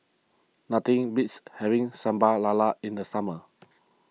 nothing beats having Sambal Lala in the summer